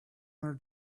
their